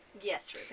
Yes